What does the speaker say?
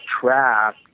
track